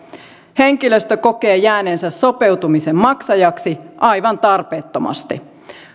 henkilöstö kokee jääneensä sopeutumisen maksajaksi aivan tarpeettomasti